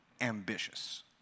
ambitious